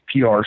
PR